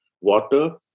water